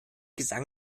gesang